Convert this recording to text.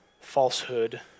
falsehood